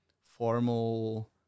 formal